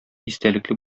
истәлекле